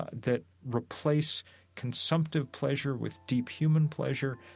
that replace consumptive pleasure with deep human pleasure,